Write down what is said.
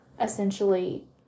essentially